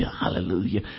hallelujah